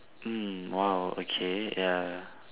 mm !wow! okay ya